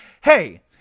Hey